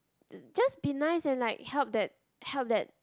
just be nice and like help that help that